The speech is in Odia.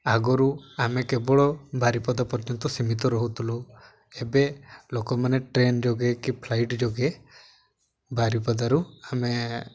ଆଗରୁ ଆମେ କେବଳ ଭାରିପଦା ପର୍ଯ୍ୟନ୍ତ ସୀମିତ ରହୁଥିଲୁ ଏବେ ଲୋକମାନେ ଟ୍ରେନ ଯୋଗେ କି ଫ୍ଲାଇଟ ଯୋଗେ ଭାରିପଦାରୁ ଆମେ